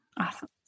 Awesome